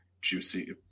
juicy